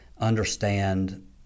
understand